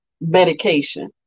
medication